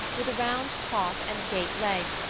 with a round top and gate legs,